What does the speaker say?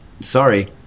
Sorry